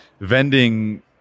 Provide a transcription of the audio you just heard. vending